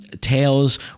tales